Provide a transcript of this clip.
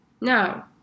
Now